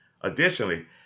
Additionally